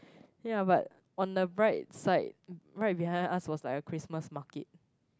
yeah but on the right side right behind us was like a Christmas market